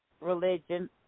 religion